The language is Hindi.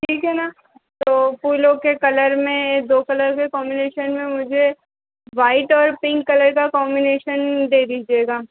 ठीक है ना तो फूलों के कलर में दो कलर के कॉम्बिनेशन में मुझे वाइट और पिंक कलर का कॉम्बिनेशन दे दीजिएगा